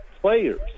players